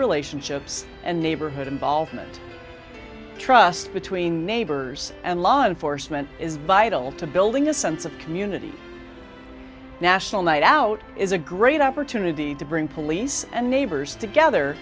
relationships and neighborhood involvement trust between neighbors and law enforcement is vital to building a sense of community national night out is a great opportunity to bring police and neighbors together